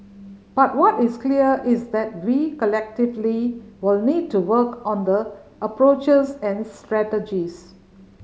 but what is clear is that we collectively will need to work on the approaches and strategies